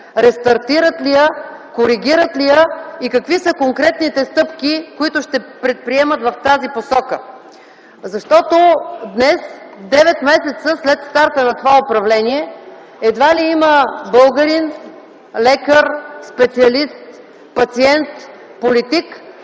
рестартират ли я, коригират ли я и какви са конкретните стъпки, които ще предприемат в тази посока. Защото днес, девет месеца след старта на това управление, едва ли има българин, лекар специалист, пациент, политик,